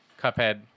Cuphead